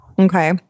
Okay